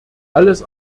alles